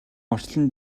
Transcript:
орчлон